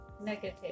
negative